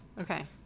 Okay